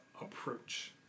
approach